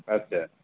আচ্ছা